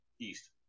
east